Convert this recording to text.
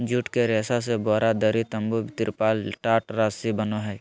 जुट के रेशा से बोरा, दरी, तम्बू, तिरपाल, टाट, रस्सी बनो हइ